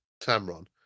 Tamron